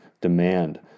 demand